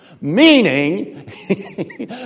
Meaning